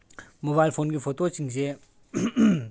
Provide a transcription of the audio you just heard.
mobile ꯐꯣꯟꯒꯤ photo ꯁꯤꯡꯁꯦ